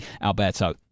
Alberto